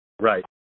Right